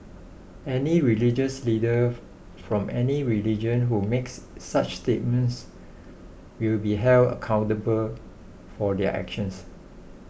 any religious leader from any religion who makes such statements will be held accountable for their actions